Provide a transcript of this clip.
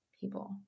people